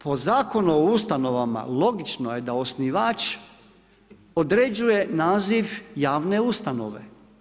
Po Zakonu o ustanovama logično je da osnivač određuje naziv javne ustanove.